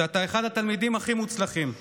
שאתה אחד התלמידים הכי מוצלחים.